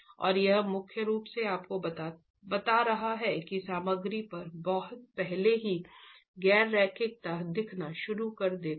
और यह मुख्य रूप से आपको बता रहा है कि सामग्री पर बहुत पहले ही गैर रैखिकता दिखाना शुरू कर देती है